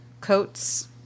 coats